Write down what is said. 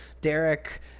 Derek